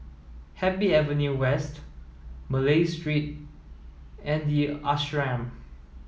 Happy Avenue West Malay Street and The Ashram